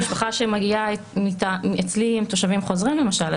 המשפחה שלי הם תושבים חוזרים למשל,